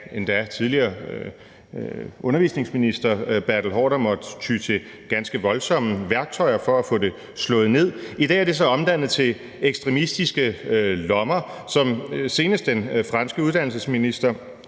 endda den tidligere undervisningsminister Bertel Haarder måtte ty til ganske voldsomme værktøjer for at få det slået ned. I dag er det så omdannet til ekstremistiske lommer, hvor senest den franske uddannelsesminister